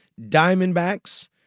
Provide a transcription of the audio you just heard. Diamondbacks